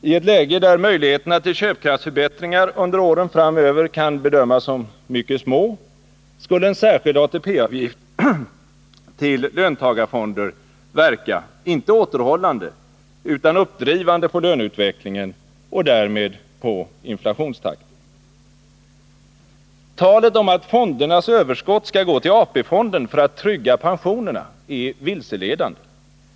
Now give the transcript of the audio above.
I ett läge, där möjligheterna till köpkraftsförbättringar under åren framöver kan bedömas som mycket små, skulle en särskild ATP-avgift till löntagarfonder verka, inte återhållande utan uppdrivande på löneutvecklingen och därmed på inflationstakten. Talet om att fondernas överskott skall gå till AP-fonden för att trygga pensionerna är vilseledande.